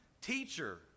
teacher